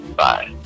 bye